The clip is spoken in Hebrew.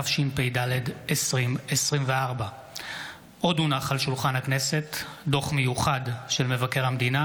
התשפ"ד 2024. עוד הונח על שולחן הכנסת דוח מיוחד של מבקר המדינה